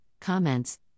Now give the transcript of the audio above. comments